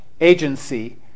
Agency